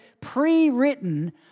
pre-written